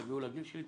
תגיעו לגיל שלי,